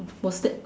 what's that